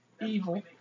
evil